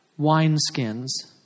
wineskins